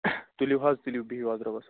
تُلِو حظ تُلِو بہِو حظ رۄبَس حوال